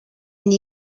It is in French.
une